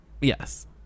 Yes